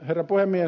herra puhemies